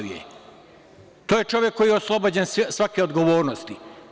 To je čovek koji je oslobođen svake odgovornosti.